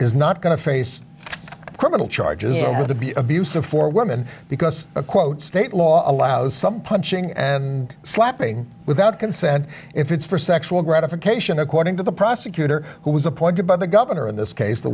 is not going to face criminal charges over the abuse of four women because a quote state law allows some punching and slapping without consent if it's for sexual gratification according to the prosecutor who was appointed by the governor in this case the